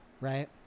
Right